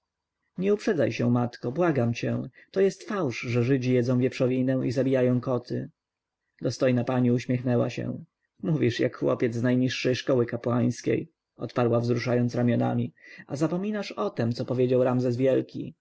nie uprzedzaj się matko błagam cię to jest fałsz że żydzi jedzą wieprzowinę i zabijają koty dostojna pani uśmiechnęła się mówisz jak chłopiec z najniższej szkoły kapłańskiej odparła wzruszając ramionami a zapominasz o tem co powiedział ramzes wielki